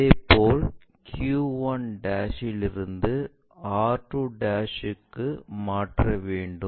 அதேபோல் q1 இலிருந்து r2 க்கு மாற்ற வேண்டும்